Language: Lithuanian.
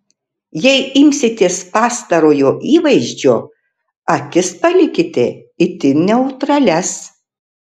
jei imsitės pastarojo įvaizdžio akis palikite itin neutralias